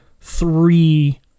three